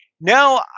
Now